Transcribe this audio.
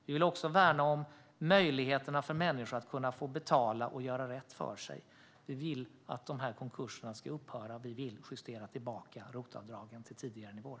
Vi vill också värna om möjligheterna för människor att få betala och göra rätt för sig. Vi vill att konkurserna ska upphöra. Och vi vill justera tillbaka ROT-avdragen till tidigare nivåer.